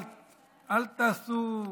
אל תתנהגו